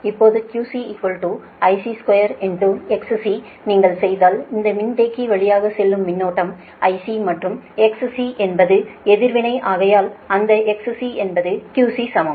இப்போது QC IC2XC நீங்கள் செய்தால் இந்த மின்தேக்கி வழியாக செல்லும் மின்னோட்டம் IC மற்றும் XC என்பது எதிர்வினை ஆகையால் அந்த XC என்பது QCசமம்